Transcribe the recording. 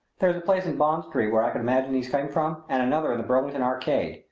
there's a place in bond street where i should imagine these came from, and another in the burlington arcade.